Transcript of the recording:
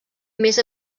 més